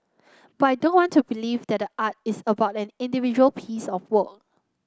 but I don't want to believe that the art is about an individual piece of work